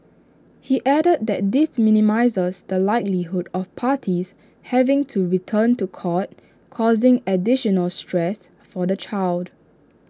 he added that this minimises the likelihood of parties having to return to court causing additional stress for the child